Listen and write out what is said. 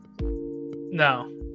No